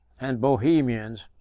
and bohemians,